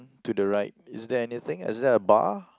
to the right is there anything is there a bar